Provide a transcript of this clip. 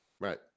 Right